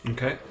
Okay